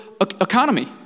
economy